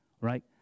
right